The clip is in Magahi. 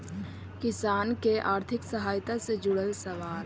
किसान के आर्थिक सहायता से जुड़ल सवाल?